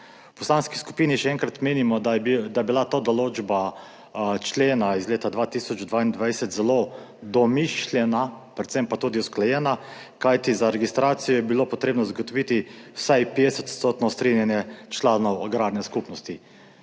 V poslanski skupini še enkrat menimo, da je bila ta določba člena iz leta 2022 zelo domišljena, predvsem pa tudi usklajena, kajti za registracijo je bilo potrebno zagotoviti vsaj 50-odstotno strinjanje članov agrarne skupnosti.